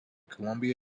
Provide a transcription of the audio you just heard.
columbia